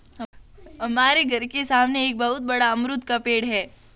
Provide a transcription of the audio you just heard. हमारे घर के सामने एक बहुत बड़ा अमरूद का पेड़ है